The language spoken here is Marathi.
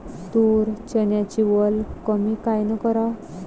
तूर, चन्याची वल कमी कायनं कराव?